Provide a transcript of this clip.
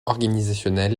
organisationnelle